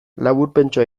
laburpentxoa